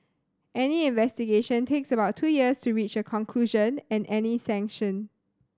any investigation takes about two years to reach a conclusion and any sanction